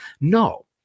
No